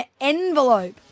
envelope